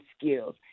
skills